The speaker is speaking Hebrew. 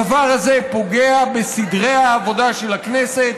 הדבר הזה פוגע בסדרי העבודה של הכנסת,